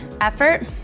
effort